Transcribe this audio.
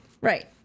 Right